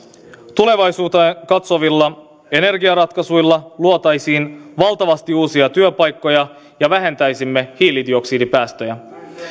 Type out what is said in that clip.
tulevaisuuteen katsovilla energiaratkaisuilla luotaisiin valtavasti uusia työpaikkoja ja vähentäisimme hiilidioksidipäästöjä